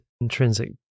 intrinsic